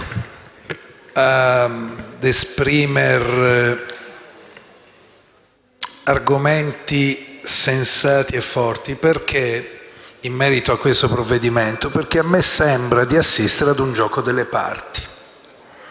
a esprimere argomenti sensati e forti in merito al provvedimento in esame, perché a me sembra di assistere a un gioco delle parti